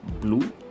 blue